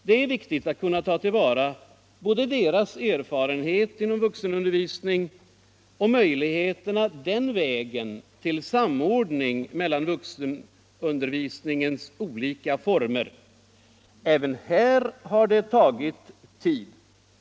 Det är viktigt att kunna tillvarata både deras erfarenhet inom vuxenundervisning och möjligheterna att den vägen samordna vuxenutbildningens olika former. Även där har det tagit tid.